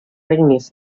regnes